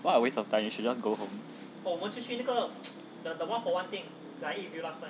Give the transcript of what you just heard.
what a waste of time you should just go home